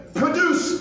produce